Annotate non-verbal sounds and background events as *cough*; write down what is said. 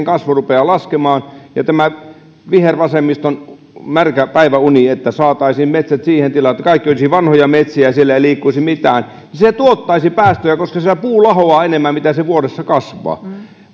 *unintelligible* kasvu rupeaa laskemaan ja tämä vihervasemmiston märkä päiväuni että saataisiin metsät siihen tilaan että kaikki olisivat vanhoja metsiä siellä ei liikkuisi mitään tuottaisi päästöjä koska siellä puu lahoaa enemmän kuin mitä se vuodessa kasvaa